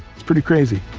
it's pretty crazy